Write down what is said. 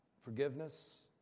forgiveness